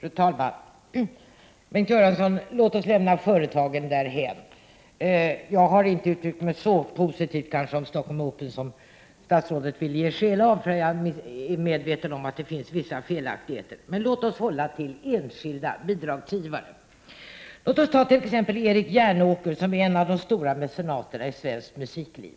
Fru talman! Bengt Göransson, låt oss lämna företagen därhän. Jag har kanske inte uttryckt mig så positivt om Stockholm Open som statsrådet vill ge sken av. Jag är medveten om att det finns vissa felaktigheter. Låt oss hålla oss till enskilda bidragsgivare. Låt oss som exempel ta Erik Järnåker, som är en av de stora mecenaterna i svenskt musikliv.